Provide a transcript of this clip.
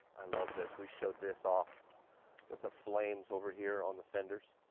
i love this. we showed this off with the flames over here on the fenders.